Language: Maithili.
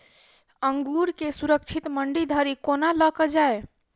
अंगूर केँ सुरक्षित मंडी धरि कोना लकऽ जाय?